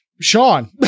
Sean